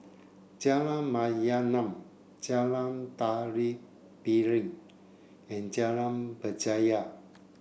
Jalan Mayaanam Jalan Tari Piring and Jalan Berjaya